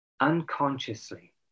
unconsciously